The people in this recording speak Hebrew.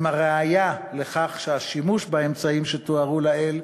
הראיה לכך שהשימוש באמצעים שתוארו לעיל,